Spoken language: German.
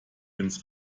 ins